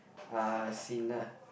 ah seen lah